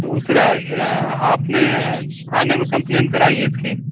दूसरा आपने थाने में कंप्लेंट कराई इसकी